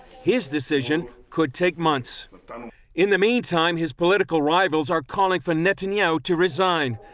his decision could take months. in the meantime, his political rivals are calling for netanyahu to resign.